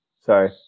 Sorry